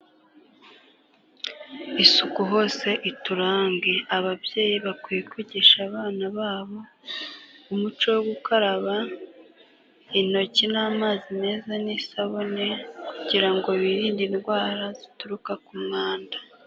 Isuku hose iturange. Ababyeyi bakwiye kwigisha abana babo umuco wo gukaraba intoki n'amazi meza n'isabune kugira ngo birinde indwara zituruka ku mwanda.